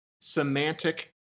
semantic